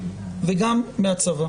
מהצבא וגם מהמשטרה.